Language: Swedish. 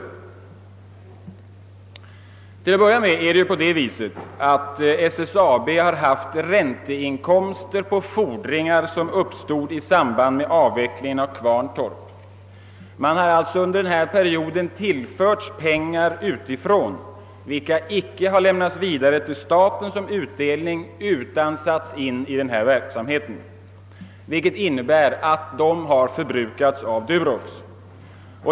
Till att börja med är det så att SSAB har haft ränteinkomster på fordringar som uppstod i samband med avvecklingen av Kvarntorp. Under perioden har man sålunda tillförts pengar utifrån, och de pengarna har inte lämnats vidare till staten som utdelning utan har satts in i verksamheten, vilket innebär att de har förbrukats av Durox.